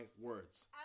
words